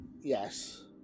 Yes